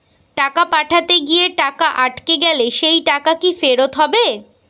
টাকা পাঠাতে গিয়ে টাকা আটকে গেলে সেই টাকা কি ফেরত হবে?